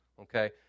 okay